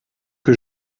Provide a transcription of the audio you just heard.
que